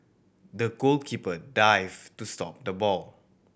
the goalkeeper dived to stop the ball